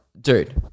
dude